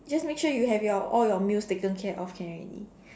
just make sure you have your all your meals taken care of can already